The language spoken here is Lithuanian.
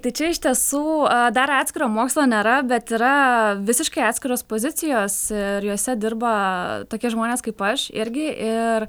tai čia iš tiesų dar atskiro mokslo nėra bet yra visiškai atskiros pozicijos ir jose dirba tokie žmonės kaip aš irgi ir